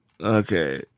Okay